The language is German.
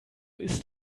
ist